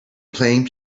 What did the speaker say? playing